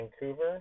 Vancouver